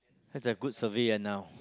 have a good survey and now